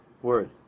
Word